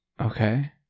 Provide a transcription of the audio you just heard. Okay